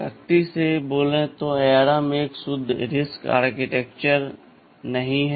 सख्ती से बोले तो ARM एक शुद्ध RISC आर्किटेक्चर नहीं है